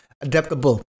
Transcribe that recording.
adaptable